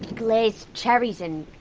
glazed cherries, and